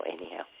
anyhow